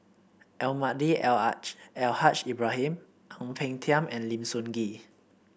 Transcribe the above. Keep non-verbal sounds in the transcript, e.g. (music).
Almahdi Al (unintelligible) Al Haj Ibrahim Ang Peng Tiam and Lim Sun Gee